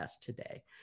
today